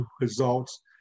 results